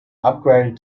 upgraded